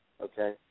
okay